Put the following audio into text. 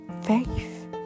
faith